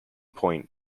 point